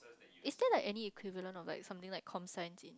it's there like any equivalent or something like comm science eh